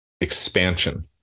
expansion